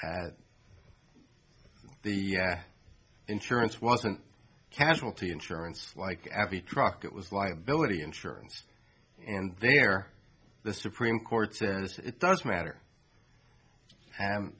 watch the insurance wasn't casualty insurance like every truck it was liability insurance and there the supreme court says it does matter and